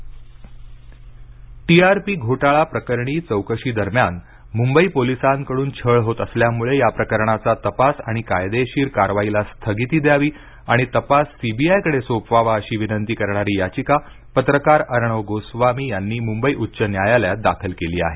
Arnav Goswami TRP घोटाळा प्रकरणी चौकशी दरम्यान मुंबई पोलिसांकडून छळ होत असल्यामुळे या प्रकरणाचा तपास आणि कायदेशीर कारवाईला स्थगिती द्यावी आणि तपास सीबीआयकडे सोपवावा अशी विनंती करणारी याचिका पत्रकार अर्णव गोस्वामी यांनी मुंबई उच्च न्यायालयात दाखल केली आहे